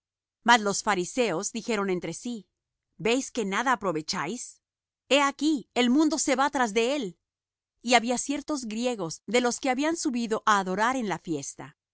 mas los fariseos dijeron entre sí veis que nada aprovecháis he aquí el mundo se va tras de él y había ciertos griegos de los que habían subido á adorar en la fiesta